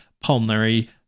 pulmonary